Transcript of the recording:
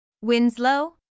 Winslow